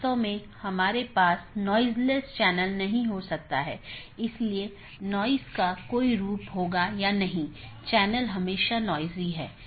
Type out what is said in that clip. जैसा कि हमने पाथ वेक्टर प्रोटोकॉल में चर्चा की है कि चार पथ विशेषता श्रेणियां हैं